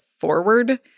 forward